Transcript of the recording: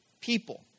people